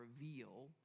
reveal